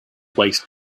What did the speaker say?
waste